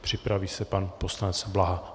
Připraví se pan poslanec Blaha.